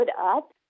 up